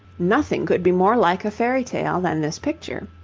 nothing could be more like a fairy-tale than this picture.